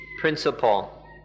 principle